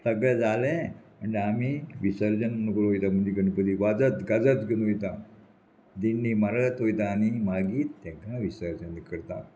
सगळें जालें म्हणटा आमी विसर्जन करून वयता म्हणजे गणपती वाजत गाजत घेवन वयता दिण्णी मारत वयता आनी मागीर तेंकां विसर्जन करता